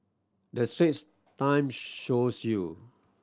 the Straits Time shows you